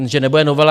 Že nebude novela.